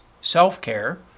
self-care